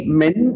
men